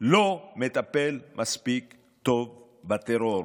לא מטפל מספיק טוב בטרור.